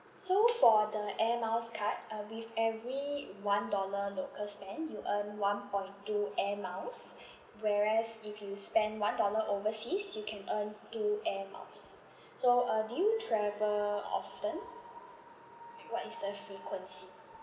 so for the air miles card uh with every one dollar local spend you earn one point two air miles whereas if you spend one dollar overseas you can earn two air miles so uh do you travel often and what is the frequency